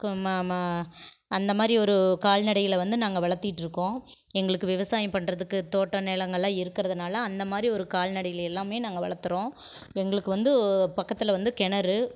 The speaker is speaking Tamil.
அந்த மாதிரி ஒரு கால்நடைகளை வந்து நாங்கள் வளர்த்திட்டு இருக்கோம் எங்களுக்கு விவசாயம் பண்றதுக்கு தோட்டம் நிலங்கள்லாம் இருக்குறதுனால் அந்த மாதிரி ஒரு கால்நடைகள் எல்லாமே நாங்கள் வளர்த்துறோம் எங்களுக்கு வந்து பக்கத்தில் வந்து கிணறு